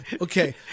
Okay